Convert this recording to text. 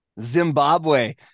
zimbabwe